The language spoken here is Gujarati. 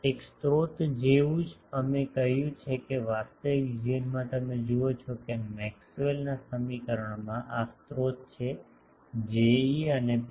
એક સ્રોત જેવું જ અમે કહ્યું છે કે વાસ્તવિક જીવનમાં તમે જુઓ છો કે મેક્સવેલના સમીકરણમાં આ સ્રોત છે Je અને ρ